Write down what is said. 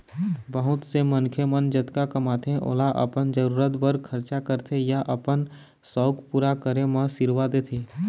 बहुत से मनखे मन जतका कमाथे ओला अपन जरूरत बर खरचा करथे या अपन सउख पूरा करे म सिरवा देथे